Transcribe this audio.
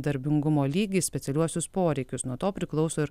darbingumo lygį specialiuosius poreikius nuo to priklauso ir